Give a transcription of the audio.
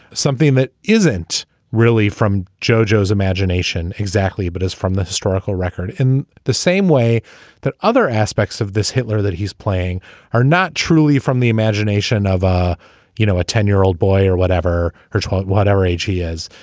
something that isn't really from joe joe's imagination. exactly but as from the historical record in the same way that other aspects of this hitler that he's playing are not truly from the imagination of ah you know a ten year old boy or whatever her child whatever age he is.